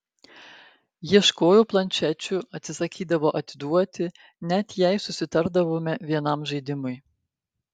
ieškojo planšečių atsisakydavo atiduoti net jei susitardavome vienam žaidimui